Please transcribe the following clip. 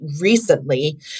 recently